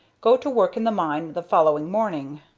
go to work in the mine the following morning.